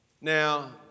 Now